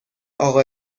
اقا